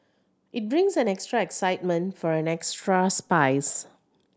it brings an extra excitement for an extra spice